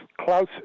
Klaus